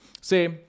Say